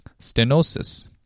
stenosis